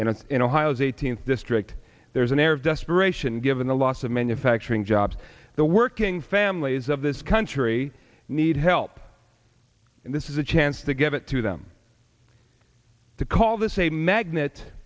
a in ohio's eighteenth district there is an air of desperation given the loss of manufacturing jobs the working families of this country need help and this is a chance to give it to them to call this a magnet